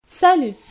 Salut